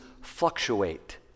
fluctuate